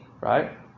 Right